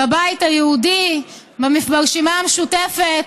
בבית היהודי, ברשימה המשותפת,